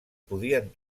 podien